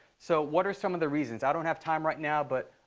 so what are some of the reasons? i don't have time right now, but,